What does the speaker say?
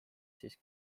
siis